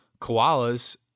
koalas